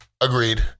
Agreed